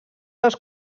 els